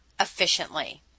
efficiently